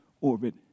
orbit